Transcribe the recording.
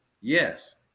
yes